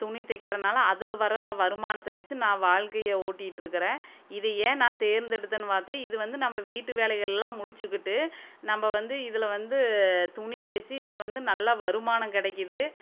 துணி தைக்கிறனால அதில் வர வருமானத்தை வெச்சு நான் வாழ்க்கையை ஓட்டிகிட்ருக்கறேன் இதை ஏன் நான் தேர்ந்தெடுத்தேன்னு பார்த்தா இது வந்து நம்ப வீட்டு வேலைகளெலாம் முடிச்சுக்கிட்டு நம்ப வந்து இதில் வந்து துணி தெச்சு இதில் வந்து நல்லா வருமானம் கிடைக்கிது